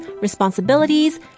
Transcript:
responsibilities